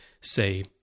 say